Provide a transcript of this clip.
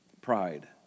Pride